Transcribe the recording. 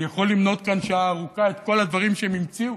אני יכול למנות כאן שעה ארוכה את כל הדברים שהם המציאו.